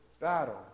battle